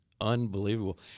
unbelievable